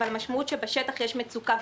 אבל המשמעות היא שבשטח יש מצוקה.